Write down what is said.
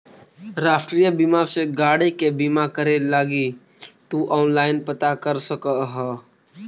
राष्ट्रीय बीमा से गाड़ी के बीमा करे लगी तु ऑनलाइन पता कर सकऽ ह